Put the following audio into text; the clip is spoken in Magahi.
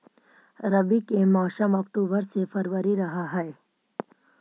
रब्बी के मौसम अक्टूबर से फ़रवरी रह हे